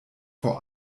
vor